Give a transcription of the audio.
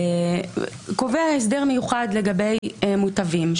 הוא קובע הסדר מיוחד לגבי מוטבים,